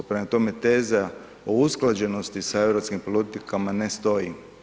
Prema tome, teza o usklađenosti za europskim politikama ne stoji.